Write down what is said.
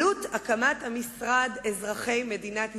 עלות הקמת המשרד, אזרחי מדינת ישראל,